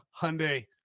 Hyundai